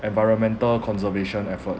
environmental conservation effort